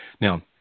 Now